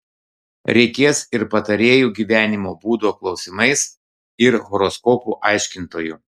reikės ir patarėjų gyvenimo būdo klausimais ir horoskopų aiškintojų